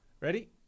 Ready